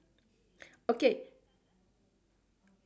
okay